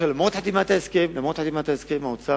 למרות חתימת ההסכם האוצר